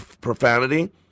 profanity